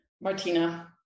Martina